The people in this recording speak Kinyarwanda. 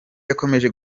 yakomeje